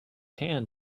hand